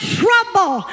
trouble